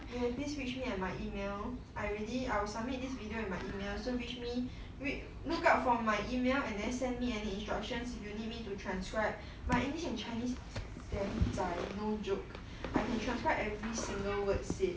okay please reach at my email I really I will submit this video with my email so reach me look out for my email and then send me any instructions if you need me to transcribe my english and chinese damn 在 no joke I can transcribe every single word said